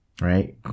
right